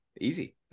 easy